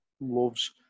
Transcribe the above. loves